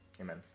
amen